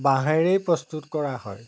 বাঁহেৰেই প্ৰস্তুত কৰা হয়